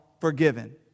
forgiven